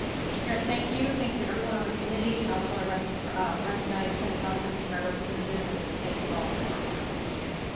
mr. caron, thank you, thank you to everyone on the committee. i also wanna recognize recognize cindy buckley, who's my representative and thank you all for your hard work, appreciate it.